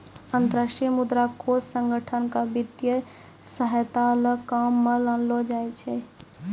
अन्तर्राष्ट्रीय मुद्रा कोष संगठन क वित्तीय सहायता ल काम म लानलो जाय छै